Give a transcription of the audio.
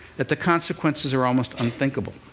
that the consequences are almost unthinkable.